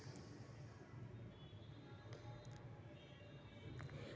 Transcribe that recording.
पटना में एस.बी.आई के शाखा कहाँ कहाँ हई